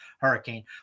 hurricane